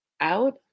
out